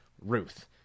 Ruth